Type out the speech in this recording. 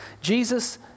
Jesus